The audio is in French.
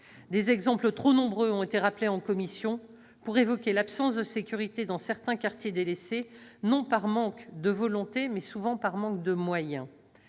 Des exemples, trop nombreux, ont été rappelés en commission pour évoquer l'absence de sécurité dans certains quartiers délaissés, non par manque de volonté, mais souvent par manque de moyens.